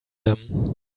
them